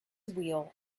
wheel